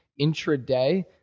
intraday